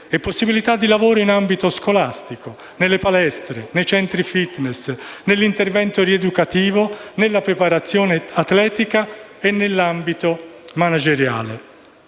e possibilità di lavoro in ambito scolastico, nelle palestre o centri *fitness*, nell'intervento rieducativo, nella preparazione atletica e nell'ambito manageriale.